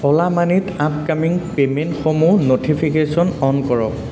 অ'লা মানিত আপকামিং পে'মেণ্টসমূহৰ ন'টিফিকেশ্যনসমূহ অ'ন কৰক